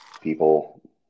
people